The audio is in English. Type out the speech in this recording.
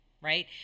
right